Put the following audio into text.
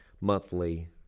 monthly